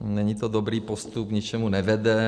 Není to dobrý postup, k ničemu nevede.